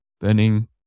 Burning